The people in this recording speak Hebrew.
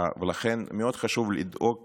ולכן מאוד חשוב לדאוג